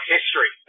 History